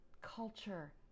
culture